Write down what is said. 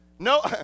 No